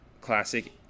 classic